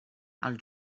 als